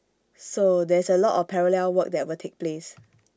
so there is A lot of parallel work that will take place